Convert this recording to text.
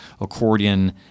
accordion